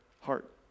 heart